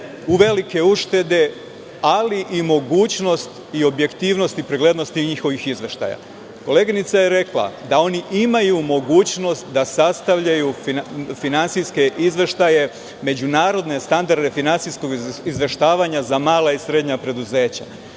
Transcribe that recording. velike uštede ali i mogućnost i objektivnost i preglednost tih njihovih izveštaja. Koleginica je rekla da oni imaju mogućnost da sastavljaju finansijske izveštaje, međunarodne standarde finansijskog izveštavanja za mala i srednja preduzeća.